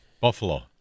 Buffalo